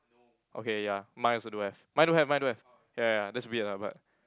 okay ya my also don't have my don't have my don't have ya ya that's weird lah but